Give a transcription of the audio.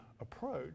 approach